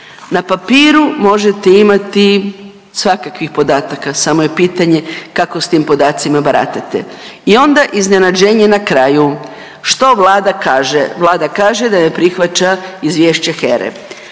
Na papiru možete imati svakakvih podataka samo je pitanje kako sa tim podacima baratate. I onda iznenađenje na kraju. Što Vlada kaže? Vlada kaže da ne prihvaća izvješće HERA-e.